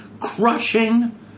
crushing